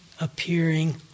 appearing